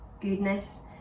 goodness